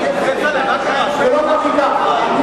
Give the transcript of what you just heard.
בשבוע הבא אני מעלה את זה להצבעה.